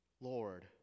Lord